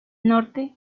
norte